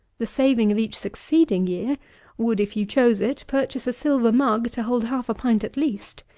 the saving of each succeeding year would, if you chose it, purchase a silver mug to hold half a pint at least.